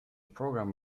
program